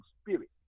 spirit